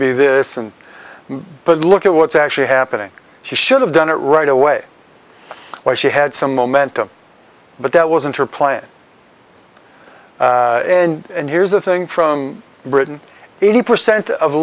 be this and but look at what's actually happening she should have done it right away where she had some momentum but that wasn't her plan and here's the thing from britain eighty percent of